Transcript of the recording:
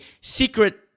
secret